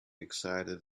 excited